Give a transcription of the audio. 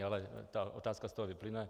Ale ta otázka z toho vyplyne.